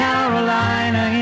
Carolina